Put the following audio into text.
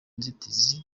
nzitizi